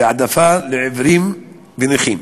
והעדפה לעיוורים ונכים,